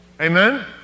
Amen